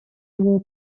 его